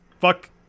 fuck